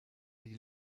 die